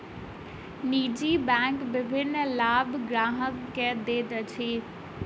निजी बैंक विभिन्न लाभ ग्राहक के दैत अछि